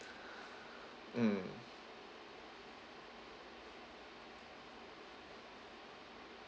mm